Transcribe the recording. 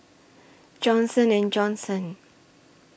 Johnson and Johnson